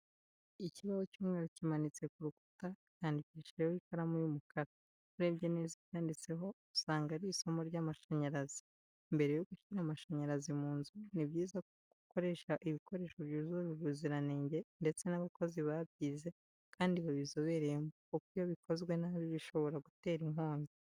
Ikibaho cy'umweru kimanitse ku rukuta cyandikishijeho ikaramu y'umukara. Urebye neza ibyanditseho usanga ari isomo ry'amashanyarazi. Mbere yo gushyira amashanyarazi mu nzu, ni byiza ko gukoresha ibikoresho byujuje ubuziranenge ndetse n'abakozi babyize kandi babizobereyemo kuko iyo bikozwe nabi bishobora gutera inkongi.